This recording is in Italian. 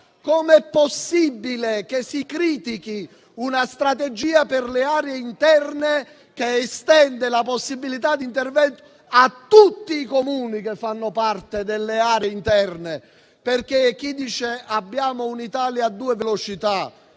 Com'è possibile che si critichi una strategia per le aree interne che estende la possibilità di intervento a tutti i Comuni che fanno parte delle aree interne? A chi dice che abbiamo un'Italia a due velocità,